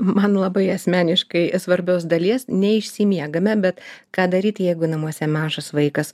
man labai asmeniškai svarbios dalies neišsimiegame bet ką daryt jeigu namuose mažas vaikas